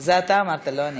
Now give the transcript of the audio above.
את זה אתה אמרת, לא אני.